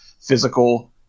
physical